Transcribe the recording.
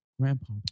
Grandpa